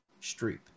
Streep